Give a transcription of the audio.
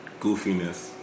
Goofiness